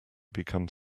become